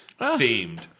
themed